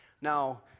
Now